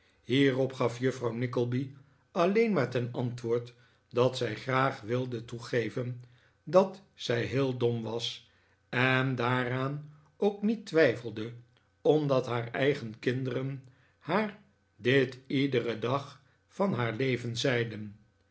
hierop gaf juffrouw nickleby alleen maar ten antwoord dat zij graag wilde toegeven dat zij heel dom was en daaraan ook niet twijfelde omdat haar eigen kinderen haar dit iederen dag van haar leven zeiden